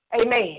Amen